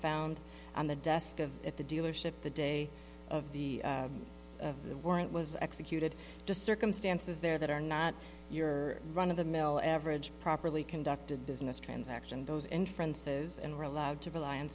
found on the desk of at the dealership the day of the of the warrant was executed just circumstances there that are not your run of the mill average properly conducted business transaction those inferences and are allowed to rely on